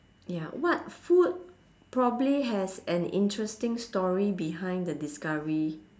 ya what food probably has an interesting story behind the discovery